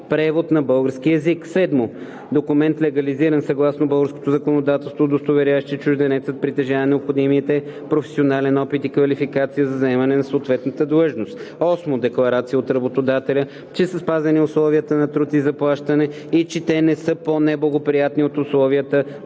превод на български език; 7. документ, легализиран съгласно българското законодателство, удостоверяващ, че чужденецът притежава необходимите професионален опит и квалификация за заемане на съответната длъжност; 8. декларация от работодателя, че са спазени условията на труд и заплащане и че те не са по-неблагоприятни от условията